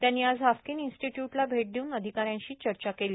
त्यांनी आज हाफकिन इन्स्टीट्युटला भेट देऊन अधिकाऱ्यांशी चर्चा केली